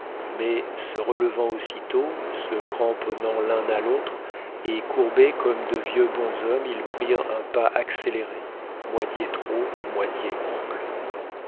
mais se relevant aussitôt se cramponnant l'un à l'autre et courbés comme de vieux bonshommes ils prirent un pas accéléré moitié trot moitié amble